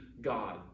God